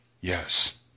Yes